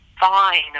fine